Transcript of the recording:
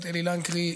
אלי לנקרי,